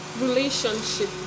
relationship